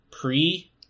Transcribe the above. Pre